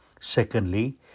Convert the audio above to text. Secondly